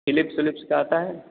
Philips विलिप्स का आता है